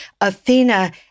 Athena